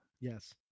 Yes